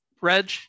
Reg